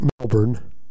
Melbourne